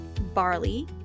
barley